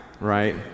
right